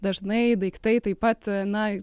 dažnai daiktai taip pat na